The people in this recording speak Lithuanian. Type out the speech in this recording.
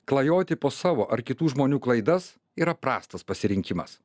klajoti po savo ar kitų žmonių klaidas yra prastas pasirinkimas